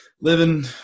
Living